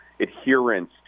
adherence